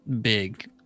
big